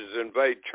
invade